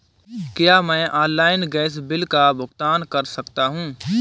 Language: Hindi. क्या मैं ऑनलाइन गैस बिल का भुगतान कर सकता हूँ?